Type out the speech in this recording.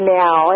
now